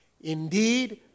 Indeed